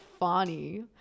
funny